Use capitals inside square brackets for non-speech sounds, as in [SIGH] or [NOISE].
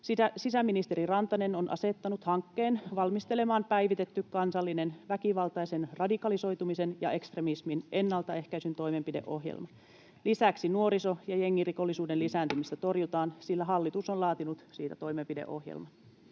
Sisäministeri Rantanen on asettanut hankkeen valmistelemaan päivitetty Kansallinen väkivaltaisen radikalisoitumisen ja ekstremismin ennaltaehkäisyn toimenpideohjelma. Lisäksi nuoriso- ja jengirikollisuuden lisääntymistä torjutaan, [NOISE] sillä hallitus on laatinut siitä toimenpideohjelman.